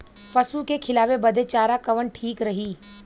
पशु के खिलावे बदे चारा कवन ठीक रही?